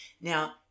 Now